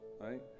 right